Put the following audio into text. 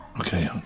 okay